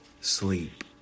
sleep